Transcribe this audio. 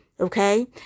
Okay